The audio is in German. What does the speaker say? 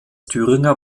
thüringer